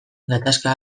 gatazka